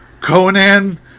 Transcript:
Conan